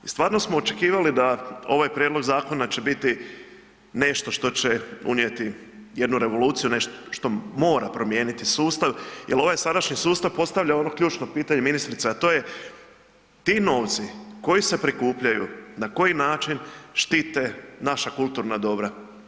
I stvarno smo očekivali da ovaj prijedlog zakona će biti nešto što će unijeti jednu revoluciju, nešto što mora promijeniti sustav jer ovaj sadašnji sustav postavlja ono ključno pitanje, ministrice, a to je ti novci koji se prikupljaju, na koji način štite naša kulturna dobra?